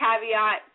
caveat